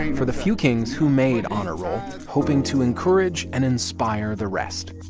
for the few kings who made honor roll, hoping to encourage and inspire the rest